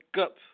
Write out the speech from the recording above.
up